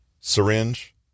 syringe